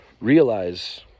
Realize